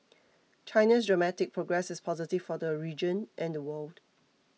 China's dramatic progress is positive for the region and the world